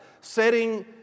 setting